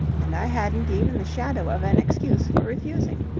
and i hadn't even the shadow of an excuse for refusing.